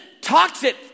toxic